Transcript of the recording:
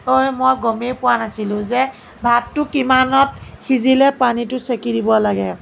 মই গমেই পোৱা নাছিলো যে ভাতটো কিমানত সিজিলে পানীটো চেকি দিব লাগে